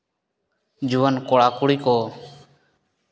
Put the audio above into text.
ᱡᱩᱣᱟᱹᱱ ᱠᱚᱲᱟᱼᱠᱩᱲᱤ ᱠᱚ